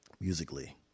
musically